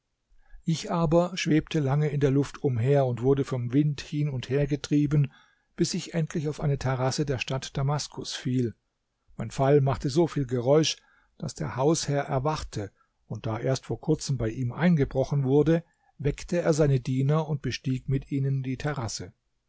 ich aber schwebte lange in der luft umher und wurde vom wind hin und her getrieben bis ich endlich auf eine terrasse der stadt damaskus fiel mein fall machte so viel geräusch daß der hausherr erwachte und da erst vor kurzem bei ihm eingebrochen wurde weckte er seine diener und bestieg mit ihnen die terrasse